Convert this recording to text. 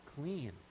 clean